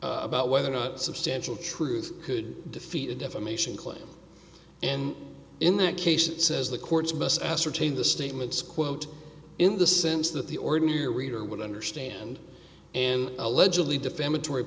about whether or not substantial truth could defeat a defamation claim and in that case it says the courts must ascertain the statements quote in the sense that the ordinary reader would understand and allegedly defamatory